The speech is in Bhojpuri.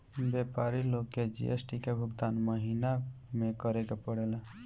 व्यापारी लोग के जी.एस.टी के भुगतान महीना में करे के पड़ेला